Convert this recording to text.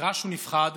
נרעש ונפחד